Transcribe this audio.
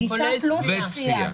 גישה פלוס צפייה.